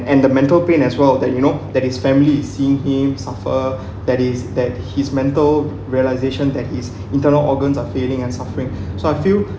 and the mental pain as well that you know that his family seeing him suffer that is that his mental realization that his internal organs are failing and suffering so I feel